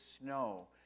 snow